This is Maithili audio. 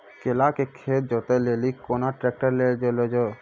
केला के खेत जोत लिली केना ट्रैक्टर ले लो जा?